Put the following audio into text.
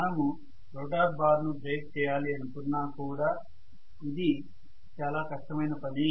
మనము రోటర్ బార్ను బ్రేక్ చేయాలి అనుకున్నా కూడా అది చాలా కష్టమైన పని